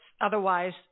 otherwise